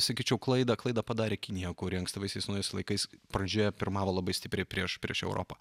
sakyčiau klaidą klaidą padarė kinija kuri ankstyvaisiais naujaisiais laikais pradžioje pirmavo labai stipriai prieš prieš europą